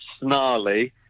snarly